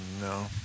No